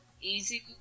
easy